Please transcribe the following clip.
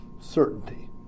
certainty